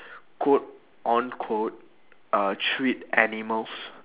quote on quote uh treat animals